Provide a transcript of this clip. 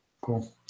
Cool